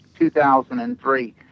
2003